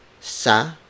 sa